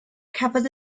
cafodd